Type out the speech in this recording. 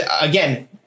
again